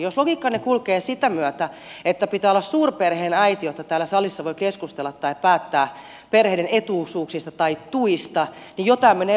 jos logiikkanne kulkee sitä myötä että pitää olla suurperheen äiti jotta täällä salissa voi keskustella tai päättää perheiden etuisuuksista tai tuista niin jo tämä menee vaikeaksi